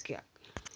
क्या कहें